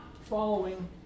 following